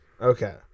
Okay